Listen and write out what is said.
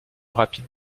rapide